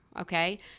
Okay